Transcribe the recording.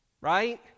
Right